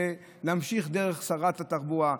נמשיך דרך שרת התחבורה: